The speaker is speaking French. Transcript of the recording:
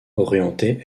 orientée